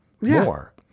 more